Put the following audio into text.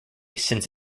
since